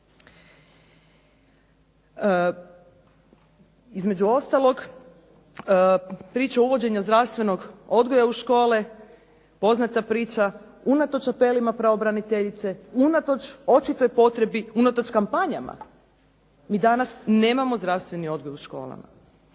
Između ostalog, priča o uvođenju zdravstvenog odgoja u škole, poznata priča, unatoč apelima pravobraniteljice, unatoč očitoj potrebi, unatoč kampanjama mi danas nemamo zdravstveni odgoj u školama.